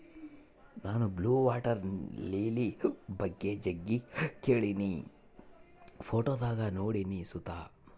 ನಾನು blue water lily ಬಗ್ಗೆ ಜಗ್ಗಿ ಕೇಳಿನಿ, ಫೋಟೋದಾಗ ನೋಡಿನಿ ಸುತ